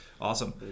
Awesome